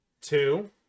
Two